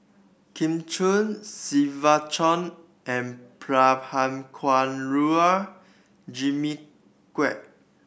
Kin Chui Siva Choy and Prabhakara Jimmy Quek